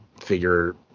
figure